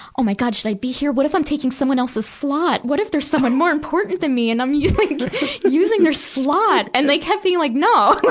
oh my god. should i be here? what if i'm taking someone else's slot? what if there's someone more important than me and i'm yeah like using their slot? and they kept being like, no.